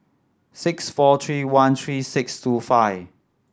six four three one three six two five